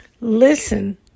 Listen